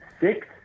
six